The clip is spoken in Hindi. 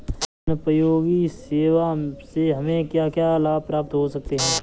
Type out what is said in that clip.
जनोपयोगी सेवा से हमें क्या क्या लाभ प्राप्त हो सकते हैं?